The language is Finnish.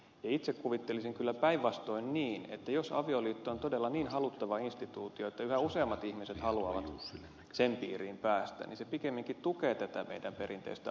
itse kuvittelisin kyllä päinvastoin niin että jos avioliitto on todella niin haluttava instituutio että yhä useammat ihmiset haluavat sen piiriin päästä niin se pikemminkin tukee tätä meidän perinteistä avioliittoinstituutiotamme